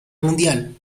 mundial